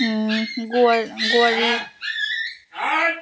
গোর গোয়ালি